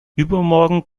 übermorgen